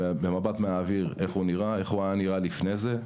במבט מהאוויר אתה יכול לראות איך הוא נראה ואיך הוא היה נראה לפני זה.